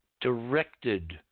directed